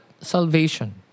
Salvation